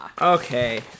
Okay